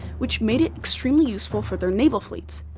which made it extremely useful for their naval fleets.